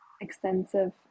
extensive